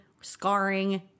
scarring